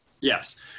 Yes